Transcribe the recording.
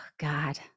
god